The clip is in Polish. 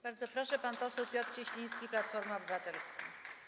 Bardzo proszę, pan poseł Piotr Cieśliński, Platforma Obywatelska.